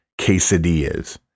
quesadillas